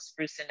sprucing